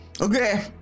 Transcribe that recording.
Okay